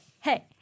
hey